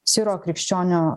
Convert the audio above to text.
siro krikščionio